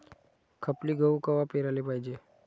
खपली गहू कवा पेराले पायजे?